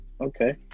okay